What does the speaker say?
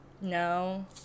no